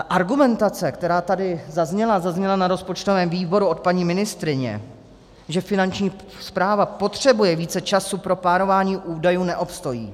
Argumentace, která tady zazněla, zazněla na rozpočtovém výboru od paní ministryně, že Finanční správa potřebuje více času pro plánování údajů, neobstojí.